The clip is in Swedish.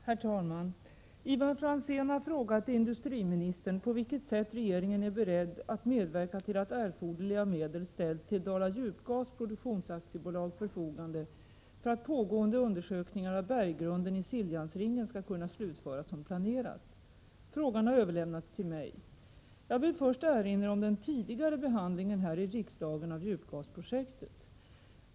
Herr talman! Ivar Franzén har frågat industriministern på vilket sätt regeringen är beredd att medverka till att erforderliga medel ställs till Dala Djupgas Produktions AB:s förfogande för att pågående undersökningar av berggrunden i Siljansringen skall kunna slutföras som planerat. Frågan har överlämnats till mig. Jag vill först erinra om den tidigare behandlingen här i riksdagen av djupgasprojektet.